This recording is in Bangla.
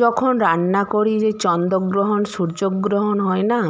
যখন রান্না করি যে চন্দ্রগ্রহণ সূর্যগ্রহণ হয় না